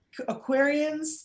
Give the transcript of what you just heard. Aquarians